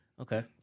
Okay